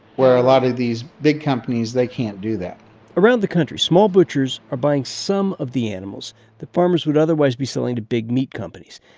where a lot of these big companies, they can't do that around the country, small butchers are buying some of the animals that farmers would otherwise be selling to big meat companies.